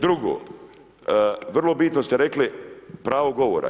Drugo, vrlo bitno ste rekli, pravo govora.